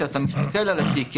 כשאתה מסתכל על התיק,